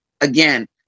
again